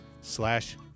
slash